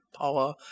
power